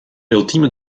ultieme